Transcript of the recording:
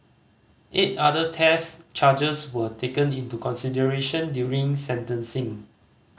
eight other theft charges were taken into consideration during sentencing